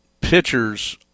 Pitchers